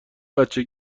بچه